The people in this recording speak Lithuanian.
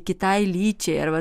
kitai lyčiai arba